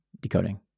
decoding